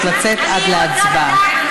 תצא לשתות מים קצת.